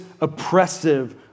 oppressive